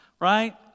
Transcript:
right